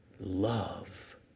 love